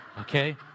Okay